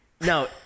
No